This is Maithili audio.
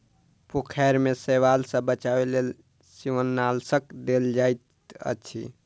पोखैर में शैवाल सॅ बचावक लेल शिवालनाशक देल जाइत अछि